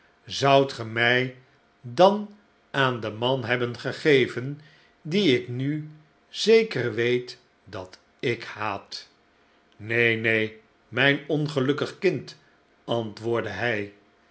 zoudt ge mij dan aan den man hebben gegeven dien ik nu zeker weet dat ik haat neen neen mijn ongelukkig kind antwoordde hij